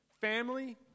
family